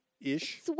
ish